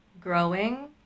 growing